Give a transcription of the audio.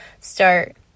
start